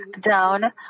down